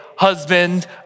husband